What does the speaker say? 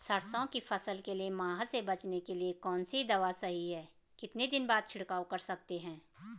सरसों की फसल के लिए माह से बचने के लिए कौन सी दवा सही है कितने दिन बाद छिड़काव कर सकते हैं?